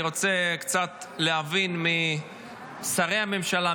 אני רוצה קצת להבין משרי הממשלה,